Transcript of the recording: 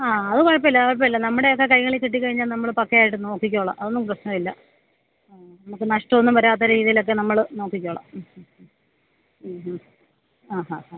ആ അതു കുഴപ്പവുമില്ല കുഴപ്പവുമില്ല നമ്മുടെയൊക്കെ കൈകളിൽ കിട്ടിക്കഴിഞ്ഞാൽ നമ്മൾ പക്കയായിട്ട് നോക്കിക്കോളാം അതൊന്നും പ്രശ്നവുമില്ല ആ നമുക്ക് നഷ്ടമൊന്നും വരാത്ത രീതിയിലൊക്കെ നമ്മൾ നോക്കിക്കോളാം ഉം മ്മ് മ്മ് ആ ഹാ